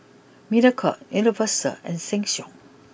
Mediacorp Universal and Sheng Siong